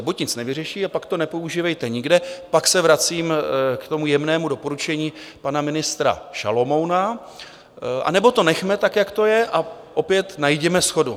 Buď nic nevyřeší, a pak to nepoužívejte nikde pak se vracím k tomu jemnému doporučení pana ministra Šalomouna anebo to nechme, tak jak to je, a opět najděme shodu.